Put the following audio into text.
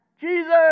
Jesus